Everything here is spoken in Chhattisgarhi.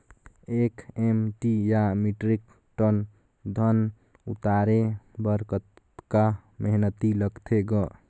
एक एम.टी या मीट्रिक टन धन उतारे बर कतका मेहनती लगथे ग?